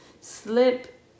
Slip